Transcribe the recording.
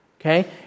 okay